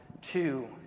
two